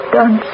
done